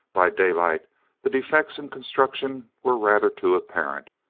by daylight the defects in construction were rather too apparent.